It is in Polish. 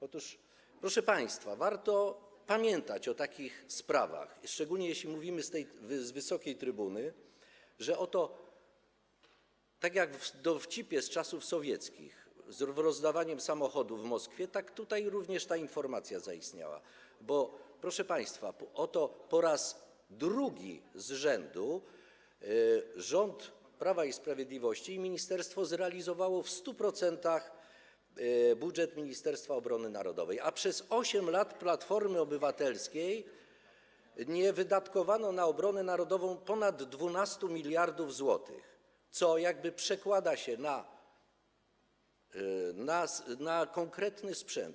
Otóż, proszę państwa, warto pamiętać o takich sprawach, szczególnie jeśli mówimy z tej wysokiej trybuny, że tak jak w dowcipie z czasów sowieckich z rozdawaniem samochodów w Moskwie, tak tutaj również ta informacja zaistniała, bo oto po raz drugi z rzędu rząd Prawa i Sprawiedliwości i ministerstwo zrealizowały w 100% budżet Ministerstwa Obrony Narodowej, a przez 8 lat rządów Platformy Obywatelskiej nie wydatkowano na obronę narodową ponad 12 mld zł, co jakby przekłada się na konkretny sprzęt.